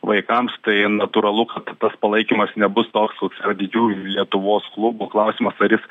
vaikams tai natūralu kad tas palaikymas nebus toks koks didžiųjų lietuvos klubų klausimas ar jis